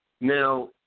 Now